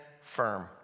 firm